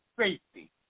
safety